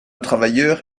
travailleur